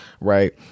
Right